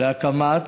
להקמת